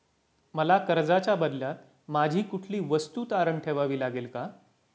मला कर्जाच्या बदल्यात माझी कुठली वस्तू तारण ठेवावी लागेल का?